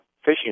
fishing